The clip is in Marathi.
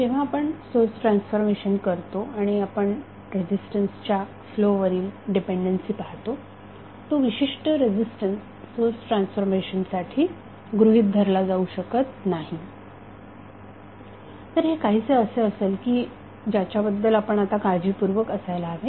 जेव्हा आपण सोर्स ट्रान्सफॉर्मेशन करतो आणि आपण रेझिस्टन्सच्या फ्लो वरील डीपेंडन्सी पाहतो तो विशिष्ट रेझिस्टन्स सोर्स ट्रान्सफॉर्मेशनसाठी गृहीत धरला जाऊ शकत नाही तर हे काहीसे असेल की ज्याच्याबद्दल आपण आता काळजीपूर्वक असायला हवे